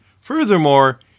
Furthermore